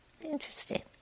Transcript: Interesting